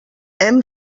hem